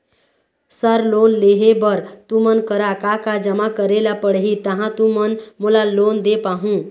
Sir loan लेहे बर तुमन करा का का जमा करें ला पड़ही तहाँ तुमन मोला लोन दे पाहुं?